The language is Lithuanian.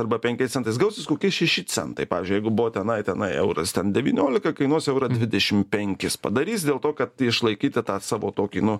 arba penkiais centais gausis kokie šeši centai pavyzdžiui jeigu buvo tenai tenai euras ten devyniolika kainuos eurą dvidešim penkispadarys dėl to kad išlaikyti tą savo tokį nu